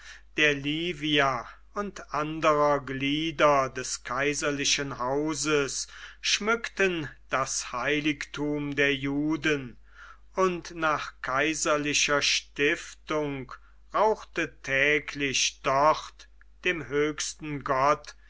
der livia und anderer glieder des kaiserlichen hauses schmückten das heiligtum der juden und nach kaiserlicher stiftung rauchte täglich dort dem höchsten gott